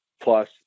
plus